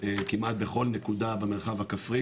כמעט בכל נקודה במרחב הכפרי